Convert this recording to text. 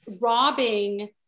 robbing